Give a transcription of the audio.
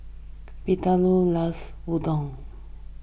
Bettylou loves Udon